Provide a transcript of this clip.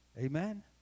Amen